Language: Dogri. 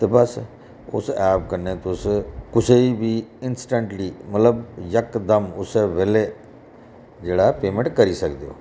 ते बस उस ऐप कन्नै तुस कुसै ई बी इनस्टैंटली मतलब जकदम उस्सै बेल्ले जेह्ड़ा पेमैंट करी सकदे ओ